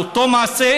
על אותו מעשה,